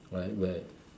like where